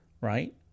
right